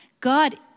God